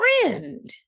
friend